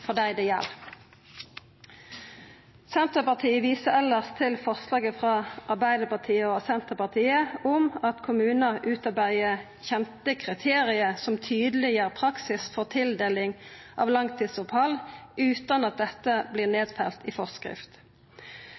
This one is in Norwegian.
for dei det gjeld. Senterpartiet viser elles til forslaget frå Arbeidarpartiet og Senterpartiet om at kommunar utarbeider kjente kriterium som tydeleggjer praksis for tildeling av langtidsopphald utan at dette vert nedfelt i forskrift.